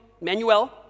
Emmanuel